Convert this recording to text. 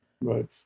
Right